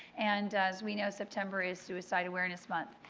and as we know september is suicide awareness month.